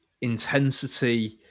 intensity